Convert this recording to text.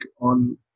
on